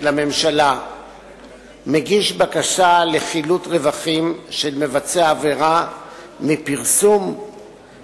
לממשלה מגיש בקשה לחילוט רווחים של מבצע העבירה מפרסום